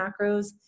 macros